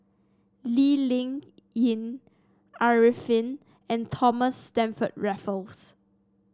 Lee Ling Yen Arifin and Thomas Stamford Raffles